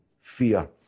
fear